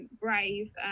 brave